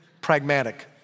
pragmatic